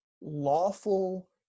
lawful